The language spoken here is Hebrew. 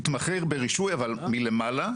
יתמחה ברישוי אבל מלמעלה,